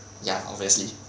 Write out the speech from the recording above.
ya obviously